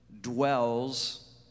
dwells